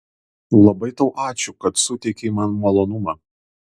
labai tau ačiū kad suteikei man malonumą